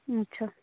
अच्छा